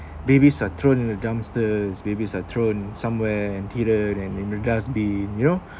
babies are thrown in the dumpsters babies are thrown somewhere in theater and in the dust bin you know